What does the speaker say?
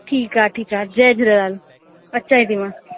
ठीकु आहे ठीकु आहे जय झूलेलाल अचांव थी मां